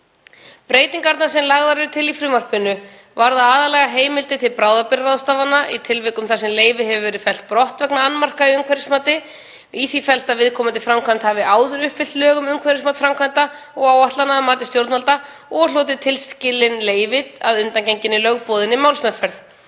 Breytingarnar sem lagðar eru til í frumvarpinu varða aðallega heimildir til bráðabirgðaráðstafana í tilvikum þar sem leyfi hefur verið fellt brott vegna annmarka í umhverfismati. Í því felst að viðkomandi framkvæmd hafi áður uppfyllt lög um umhverfismat framkvæmda og áætlana að mati stjórnvalda og hlotið tilskilin leyfi að undangenginni lögboðinni málsmeðferð.